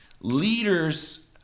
Leaders